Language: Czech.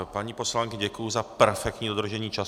Paní poslankyně, děkuji za perfektní dodržení času.